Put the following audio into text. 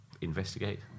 investigate